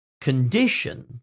condition